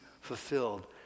fulfilled